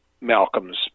Malcolm's